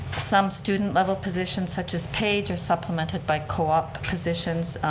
some student level positions such as page are supplemented by co-op positions,